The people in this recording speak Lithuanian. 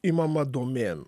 imama domėn